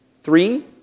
three